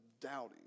doubting